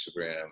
Instagram